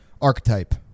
archetype